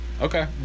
Okay